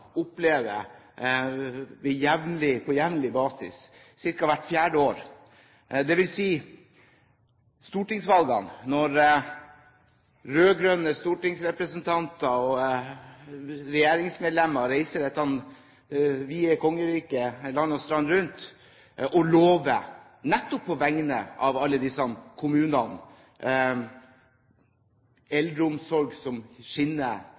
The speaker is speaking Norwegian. på jevnlig basis, ca. hvert fjerde år, dvs. før stortingsvalgene, når rød-grønne stortingsrepresentanter og regjeringsmedlemmer reiser land og strand rundt i kongeriket, og på vegne av alle disse kommunene nettopp lover eldreomsorg som skinner,